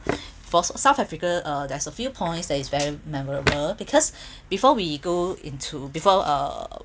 for south africa uh there's a few points that's very memorable because before we go into before uh